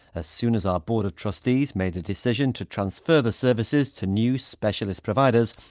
ah soon as our board of trustees made a decision to transfer the services to new specialist providers,